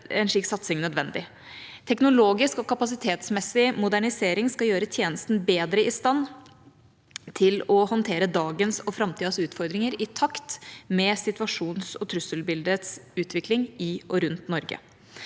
Teknologisk og kapasitetsmessig modernisering skal gjøre tjenesten bedre i stand til å håndtere dagens og framtidas utfordringer i takt med situasjonens og trusselbildets utvikling i og rundt Norge.